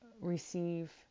receive